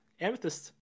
Amethyst